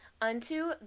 unto